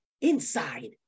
inside